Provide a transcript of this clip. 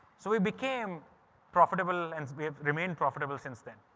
so we became profitable and we have remained profitable since then.